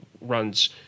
runs